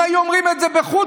אם היו אומרים את זה בחוץ-לארץ,